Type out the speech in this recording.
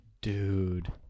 Dude